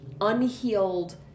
unhealed